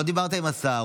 לא דיברת עם השר,